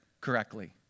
correctly